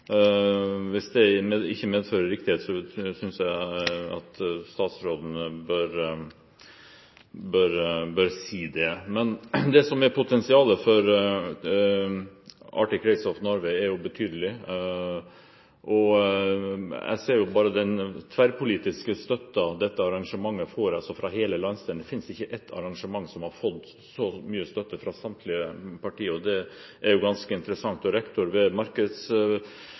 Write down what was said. Hvis det ikke medfører riktighet, synes jeg at statsråden bør si det. Potensialet for Arctic Race of Norway er betydelig. Man kan bare se på den tverrpolitiske støtten dette arrangementet får fra hele landsdelen. Det finnes ikke ett arrangement som har fått så mye støtte fra samtlige partier, og det er jo ganske interessant. Rektor ved